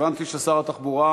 הבנתי ששר התחבורה